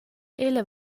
ella